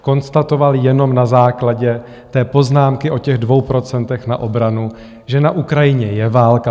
Konstatoval jenom na základě té poznámky o těch dvou procentech na obranu, že na Ukrajině je válka.